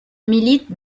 milite